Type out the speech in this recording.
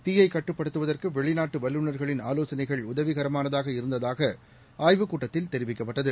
தீயை கட்டுப்படுத்துவதற்கு வெளிநாட்டு வல்லுநர்களின் ஆவோசனைகள் உதவிகரமானதாக இருந்ததாக ஆய்வு கூட்டத்தில் தெரிவிக்கப்பட்டது